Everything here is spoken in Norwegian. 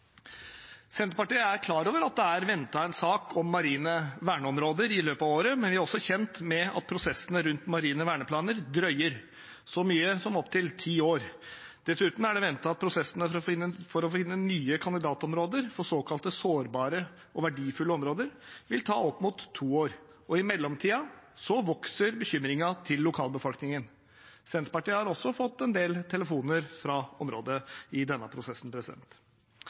Senterpartiet er klar over at det er ventet en sak om marine verneområder i løpet av året, men vi er også kjent med at prosessene rundt marine verneplaner drøyer så mye som opptil ti år. Dessuten er det ventet at prosessene for å finne nye kandidatområder for såkalte sårbare og verdifulle områder vil ta opp mot to år, og i mellomtiden vokser bekymringen til lokalbefolkningen. Senterpartiet har også fått en del telefoner fra området i denne prosessen.